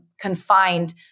confined